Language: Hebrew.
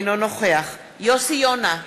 אינו נוכח יוסי יונה,